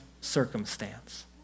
circumstance